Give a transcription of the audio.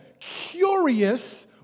curious